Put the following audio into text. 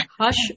hush